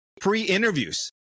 pre-interviews